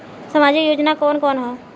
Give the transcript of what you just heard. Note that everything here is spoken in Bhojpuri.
सामाजिक योजना कवन कवन ह?